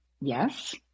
yes